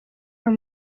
yabo